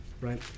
right